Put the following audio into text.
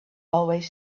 always